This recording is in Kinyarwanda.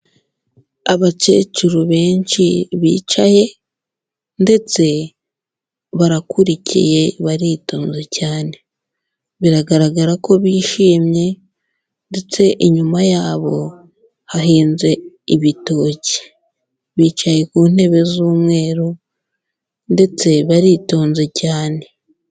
Abakecuru benshi bicaye ndetse barakurikiye baritonze cyane biragaragara ko bishimye ndetse inyuma yabo hahinze ibitoki, bicaye ku ntebe z'umweru ndetse baritonze cyane.